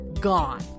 Gone